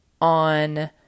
on